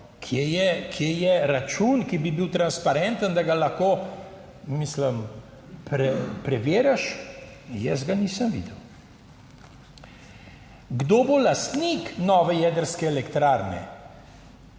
Kje je račun, ki bi bil transparenten, da ga lahko, mislim, preverjaš? Jaz ga nisem videl. Kdo bo lastnik nove jedrske elektrarne?